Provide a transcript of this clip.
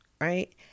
right